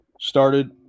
started